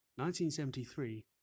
1973